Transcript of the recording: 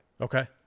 Okay